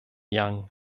young